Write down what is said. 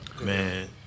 Man